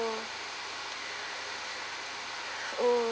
oh